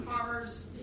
farmers